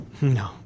No